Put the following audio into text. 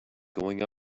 going